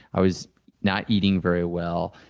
i was not eating very well.